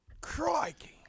Crikey